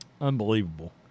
Unbelievable